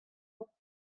mañ